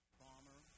bomber